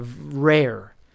rare